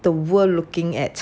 the world looking at